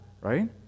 right